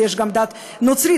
ויש גם דת נוצרית,